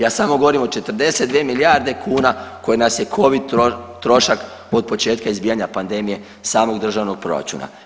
Ja samo govorim o 42 milijarde kuna koje nas je COVID trošak otpočetka izbijanja pandemije samog državnog proračuna.